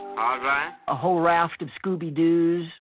um ah a whole raft of scooby-doos.